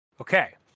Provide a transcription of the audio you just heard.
Okay